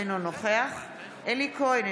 אינו נוכח אלי כהן,